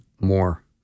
more